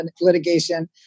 litigation